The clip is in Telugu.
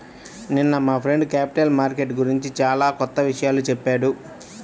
నిన్న మా ఫ్రెండు క్యాపిటల్ మార్కెట్ గురించి చానా కొత్త విషయాలు చెప్పాడు